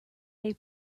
they